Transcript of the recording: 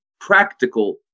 practical